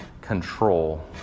control